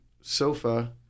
sofa